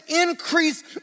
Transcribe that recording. increase